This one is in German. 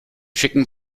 schicken